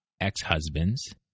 ex-husbands